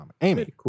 Amy